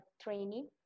training